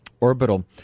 Orbital